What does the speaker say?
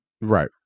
Right